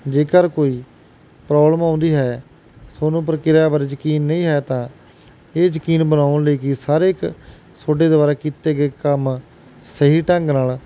ਜੇਕਰ ਕੋਈ ਪ੍ਰੋਬਲਮ ਆਉਂਦੀ ਹੈ ਤੁਹਾਨੂੰ ਪ੍ਰਕਿਰਿਆ ਬਾਰੇ ਯਕੀਨ ਨਹੀਂ ਹੈ ਤਾਂ ਇਹ ਯਕੀਨ ਬਣਾਉਣ ਲਈ ਕਿ ਸਾਰੇ ਕ ਤੁਹਾਡੇ ਦੁਆਰਾ ਕੀਤੇ ਗਏ ਕੰਮ ਸਹੀ ਢੰਗ ਨਾਲ